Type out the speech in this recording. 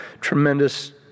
tremendous